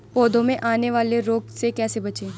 पौधों में आने वाले रोग से कैसे बचें?